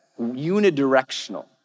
unidirectional